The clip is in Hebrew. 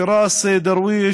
פיראס דרוויש,